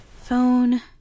Phone